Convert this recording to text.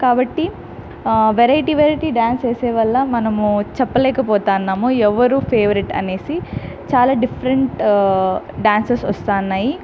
కాబట్టి ఆ variety variety dance వేసే వల్ల మనము చెప్పలేకపోతున్నము ఎవరు ఫేవరెట్ అనేసి చాలా డిఫరెంట్ డాన్సర్స్ వస్తూ ఉన్నాయి